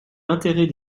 l’intérêt